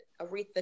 Aretha